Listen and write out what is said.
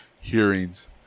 hearings